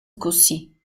gussie